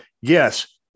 yes